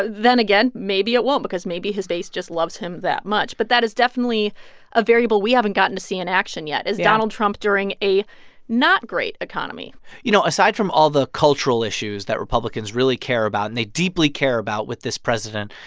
then again, maybe it won't because maybe his base just loves him that much. but that is definitely a variable we haven't gotten to see in action yet, is donald trump during a not-great economy you know, aside from all the cultural issues that republicans really care about and they deeply care about with this president,